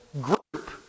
group